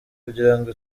kugirango